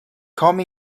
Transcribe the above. come